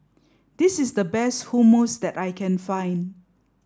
this is the best Hummus that I can find